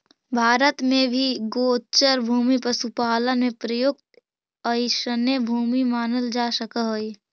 भारत में भी गोचर भूमि पशुपालन में प्रयुक्त अइसने भूमि मानल जा सकऽ हइ